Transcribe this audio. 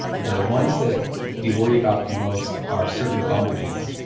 the ones that we worry about the most are certain bumblebees.